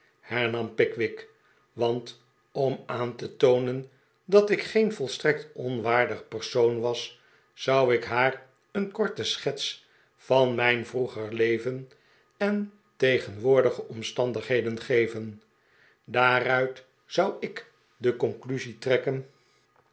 hernam pickwick want om aan te too en dat ik geen volstrekt onwaardig persoo was zou ik haar een korte schets van mijn vroeger leven en tegenwoordige omstandigheden geven daaruit zou ik de conclusie trekken